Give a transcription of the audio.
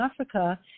Africa